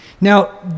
Now